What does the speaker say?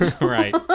right